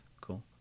Cool